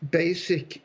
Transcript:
basic